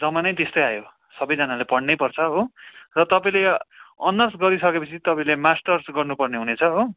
जमानै त्यस्तै आयो सबैजनाले पढ्नै पर्छ हो र तपाईँले अनर्स गरिसकेपछि तपाईँले मास्टर्स गर्नुपर्ने हुनेछ हो